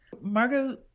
Margot